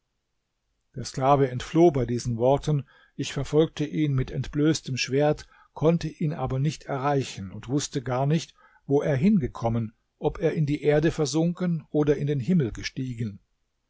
der sklave entfloh bei diesen worten ich verfolgte ihn mit entblößtem schwert konnte ihn aber nicht erreichen und wußte gar nicht wo er hingekommen ob er in die erde versunken oder in den himmel gestiegen